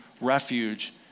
refuge